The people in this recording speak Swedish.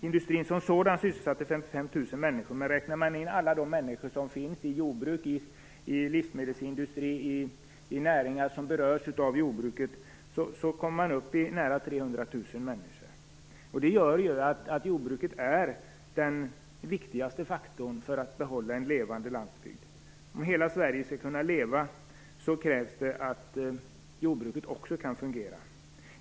Industrin som sådan sysselsatte 55 000 människor, men om man räknar in alla de människor som finns i jordbruk, i livsmedelsindustri och i näringar som berörs av jordbruket kommer man upp i närmare 300 000 människor. Det gör att jordbruket är den viktigaste faktorn för bibehållandet av en levande landsbygd. Om hela Sverige skall kunna leva, krävs det att jordbruket kan fungera.